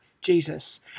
Jesus